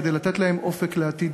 כדי לתת להם אופק לעתיד